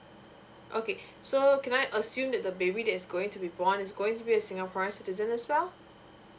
okay so can I assume that the baby that is going to be born is going to be a singaporean citizen as well